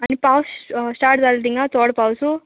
आनी पावस स्टार्ट जालें थिंगां चोड पावसू